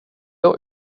och